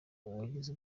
wagize